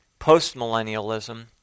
postmillennialism